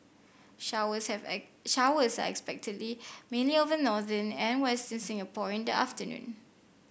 showers have showers are expected mainly over northern and western Singapore in the afternoon